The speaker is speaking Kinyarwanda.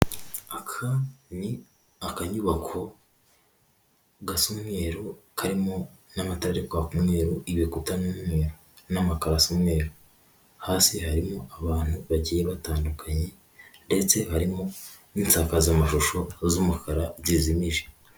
Aka ni akanyubako gasa umweru karimo n'amatare ari kwaka umweru, ibikuta ni umweru n'amakaro asa umweru, hasi harimo abantu bagiye batandukanye ndetse harimo n'insakazamashusho z'umukara zizimije.